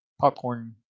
popcorn